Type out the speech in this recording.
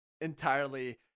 entirely